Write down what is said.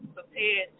prepare